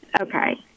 Okay